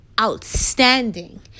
outstanding